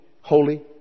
Holy